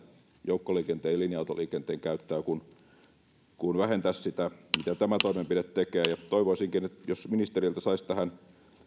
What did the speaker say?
joukkoliikenteen ja linja autoliikenteen käyttöä kuin vähentää sitä mitä tämä toimenpide tekee ja toivoisinkin että jos ministeriltä saisi tähän